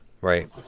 right